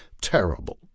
terrible